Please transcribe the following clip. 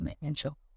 mental